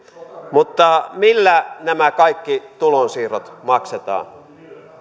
mutta millä nämä kaikki tulonsiirrot maksetaan